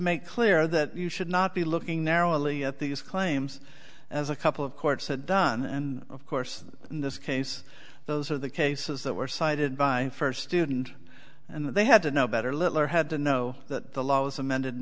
make clear that you should not be looking narrowly at these claims as a couple of courts said done and of course in this case those are the cases that were cited by first student and they had to know better littler had to know that the law was amended